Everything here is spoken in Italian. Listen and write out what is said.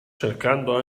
cercando